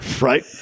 Right